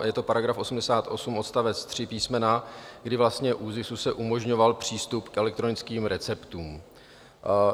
Je to § 88 odst. 3 písmena, kdy se vlastně ÚZISu umožňoval přístup k elektronickým receptům.